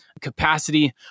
capacity